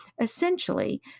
Essentially